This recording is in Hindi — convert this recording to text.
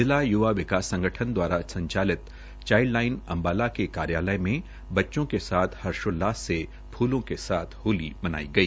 जिला य्वा विकास संगठन दवारा संचालित चाईल्ड लाईन अम्बाला के कार्याकाल में बच्चों के साथ हर्षोल्लास से फूलों के साथ होली मनाई गई